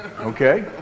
okay